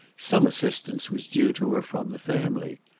some assistance was due to her from the family.